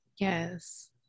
Yes